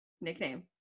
nickname